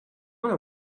want